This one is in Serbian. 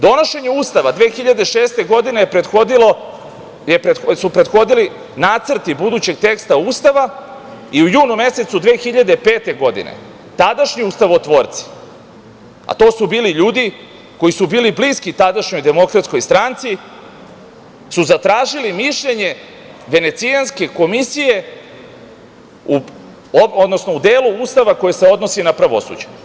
Donošenju Ustava 2006. godine su prethodili nacrti budućeg teksta Ustava i u junu mesecu 2005. godine, tadašnji ustavotvorci, a to su bili ljudi koji su bili bliski tadašnjoj Demokratskoj stranci, zatražili su mišljenje Venecijanske komisije, odnosno u delu Ustava koji se odnosi na pravosuđe.